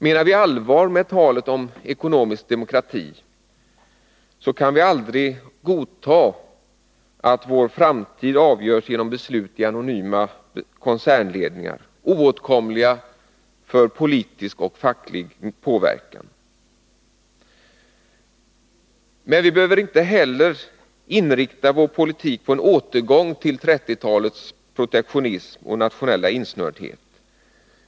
Menar vi allvar med talet om ekonomisk demokrati, kan vi aldrig godta att vår framtid avgörs genom beslut i anonyma koncernledningar, oåtkomliga för politisk och facklig påverkan. Men vi behöver inte heller inrikta vår politik på en återgång till 1930-talets protektionism och nationella insnördhet.